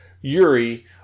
Yuri